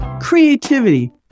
creativity